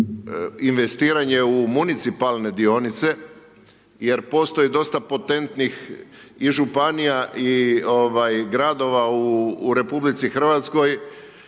investiranje u municipalne dionice, jer postoji dosta potentnih Županija i ovaj gradova u Republici Hrvatskoj